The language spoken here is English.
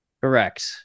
Correct